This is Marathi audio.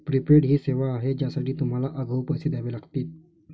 प्रीपेड ही सेवा आहे ज्यासाठी तुम्हाला आगाऊ पैसे द्यावे लागतील